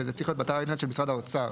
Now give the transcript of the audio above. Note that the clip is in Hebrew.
וזה צריך להיות אתר האינטרנט של משרד האוצר.